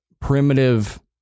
primitive